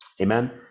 Amen